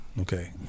Okay